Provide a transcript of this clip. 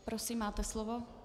Prosím, máte slovo.